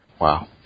Wow